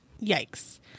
Yikes